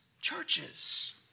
churches